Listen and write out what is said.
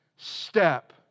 step